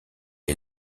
est